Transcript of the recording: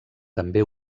també